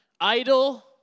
idle